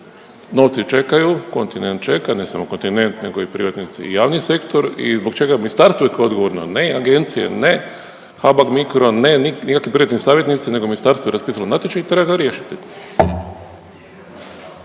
novci čekaju, kontinent čeka, ne samo kontinent nego i privatnici i javni sektor i zbog čega i ministarstvo i koje je odgovorno ne agencije, ne HAMAG BICRO, ne nikakvi privatni savjetnici, nego ministarstvo je raspisalo natječaj i treba ga riješiti.